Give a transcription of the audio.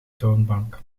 toonbank